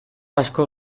asko